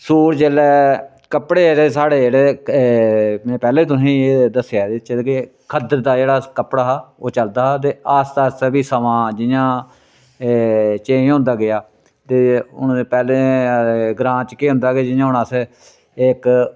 suit जेल्लै कपड़े जेह्ड़े साढ़े जेह्ड़े में पैह्लै बी तुसें एह् दस्सेआ एह्दे च के खद्धड़ दा जेह्ड़ा कपड़ा हा ओह् चलदा हा ते आस्ता आस्ता फ्ही समां जियां चेंज होंदा गेआ ते हून पैह्लै ग्रांऽ च केह् होंदा कि जियां हून केह् होंदा के अस इक